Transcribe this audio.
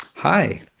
Hi